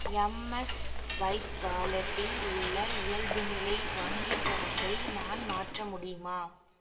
எம்ஸ் vibe வாலெட்டில் உள்ள இயல்புநிலை வங்கிக் கணக்கை நான் மாற்ற முடியுமா